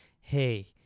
hey